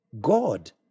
God